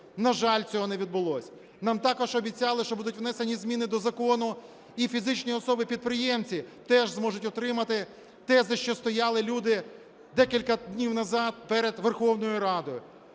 На жаль, цього не відбулося. Нам також обіцяли, що будуть внесені зміни до закону, і фізичні особи-підприємці теж зможуть отримати те, за що стояли люди декілька днів назад перед Верховною Радою.